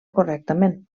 correctament